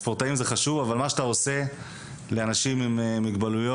ספורטאים זה חשוב אבל מה שאתה עושה עבור אנשים עם מוגבלויות,